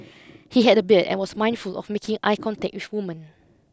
he had a beard and was mindful of making eye contact with women